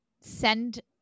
send